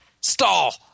Stall